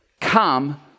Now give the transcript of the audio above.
come